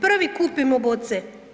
Prvi kupimo boce.